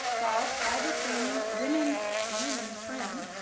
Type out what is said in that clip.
golf driver training, women's slim and trim,